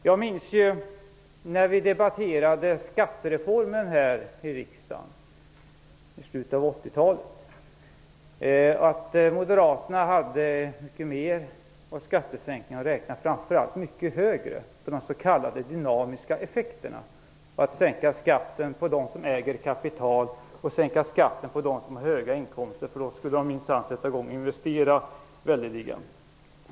Jag minns ju när vi debatterade skattereformen här i riksdagen i slutet av 80-talet. Då hade moderaterna mycket fler skattesänkningar och framför allt räknade de mycket högre på de s.k. dynamiska effekterna för att sänka skatten för dem som äger kapital och för dem som har höga inkomster, eftersom de då minsann skulle sätta i gång att investera väldeliga.